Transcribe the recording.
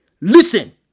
listen